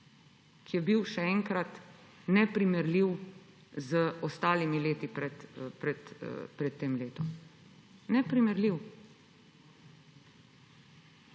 ki je bil, še enkrat, neprimerljiv s preostalimi leti pred tem letom. Neprimerljiv.